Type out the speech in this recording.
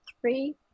three